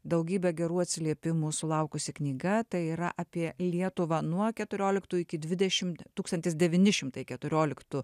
daugybė gerų atsiliepimų sulaukusi knyga tai yra apie lietuvą nuo keturioliktų iki dvidešimt tūkstantis devyni šimtai keturioliktų